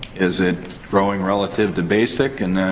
is it growing relative to basic? and,